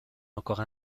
encore